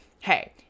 hey